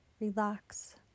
relax